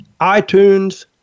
iTunes